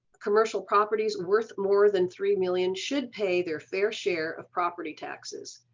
commercial properties worth more than three million should pay their fair share of property taxes,